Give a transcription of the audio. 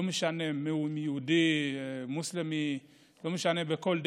לא משנה אם הוא יהודי, מוסלמי, לא משנה, בכל דרך,